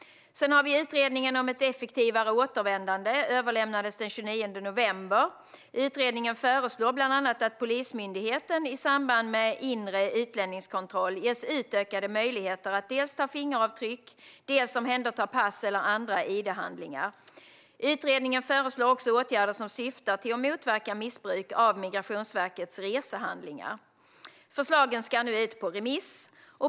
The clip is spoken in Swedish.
Utredningen om ett effektivare återvändande överlämnades den 29 november. Utredningen föreslår bland annat att Polismyndigheten i samband med inre utlänningskontroll ges utökade möjligheter att dels ta fingeravtryck, dels omhänderta pass eller andra id-handlingar. Utredningen föreslår också åtgärder som syftar till att motverka missbruk av Migrationsverkets resehandlingar. Förslagen ska nu ut på remiss.